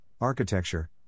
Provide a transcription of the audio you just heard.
architecture